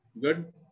Good